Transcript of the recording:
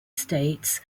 states